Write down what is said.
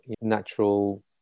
natural